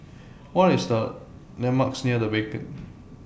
What Are The landmarks near The Beacon